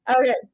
Okay